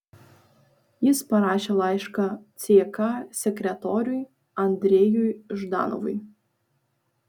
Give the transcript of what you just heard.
jis parašė laišką ck sekretoriui andrejui ždanovui